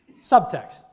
Subtext